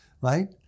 right